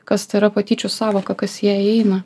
kas ta yra patyčių sąvoka kas į ją įeina